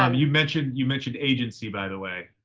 um you mentioned, you mentioned agency by the way,